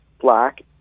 black